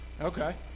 Okay